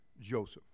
Joseph